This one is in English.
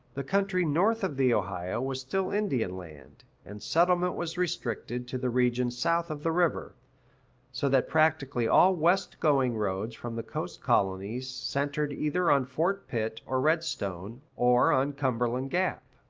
the country north of the ohio was still indian land, and settlement was restricted to the region south of the river so that practically all west-going roads from the coast colonies centered either on fort pitt or redstone, or on cumberland gap.